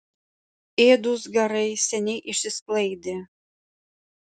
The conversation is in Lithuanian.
ėdūs garai seniai išsisklaidė